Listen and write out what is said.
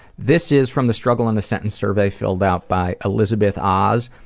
this is from the struggle in a sentence survey, filled out by elizabeth oz.